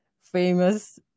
famous